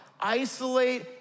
isolate